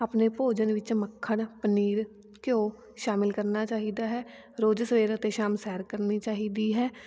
ਆਪਣੇ ਭੋਜਨ ਵਿੱਚ ਮੱਖਣ ਪਨੀਰ ਘਿਓ ਸ਼ਾਮਿਲ ਕਰਨਾ ਚਾਹੀਦਾ ਹੈ ਰੋਜ਼ ਸਵੇਰੇ ਅਤੇ ਸ਼ਾਮ ਸੈਰ ਕਰਨੀ ਚਾਹੀਦੀ ਹੈ